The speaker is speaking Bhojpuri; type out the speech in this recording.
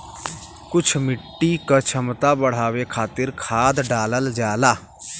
कुछ मिट्टी क क्षमता बढ़ावे खातिर खाद डालल जाला